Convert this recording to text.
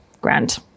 grand